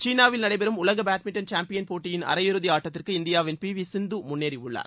சீனாவில் நடைபெறும் உலக பேட்மிண்டன் சாம்பியன் போட்டியின் அரையிறுதி ஆட்டத்திற்கு இந்தியாவின் பி வி சிந்து முன்னேறியுள்ளார்